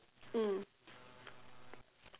mm